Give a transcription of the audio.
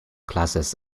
classes